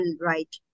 right